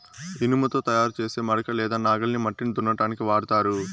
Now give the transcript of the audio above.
ఇనుముతో తయారు చేసే మడక లేదా నాగలిని మట్టిని దున్నటానికి వాడతారు